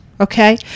okay